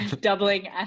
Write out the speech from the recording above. doubling